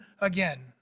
again